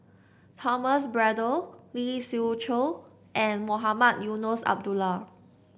Thomas Braddell Lee Siew Choh and Mohamed Eunos Abdullah